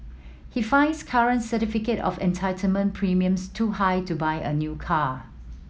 he finds current certificate of entitlement premiums too high to buy a new car